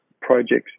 projects